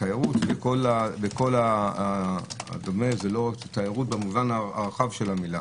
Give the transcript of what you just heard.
תיירות ודומה, תיירות במובן הרחב של המילה.